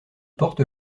porte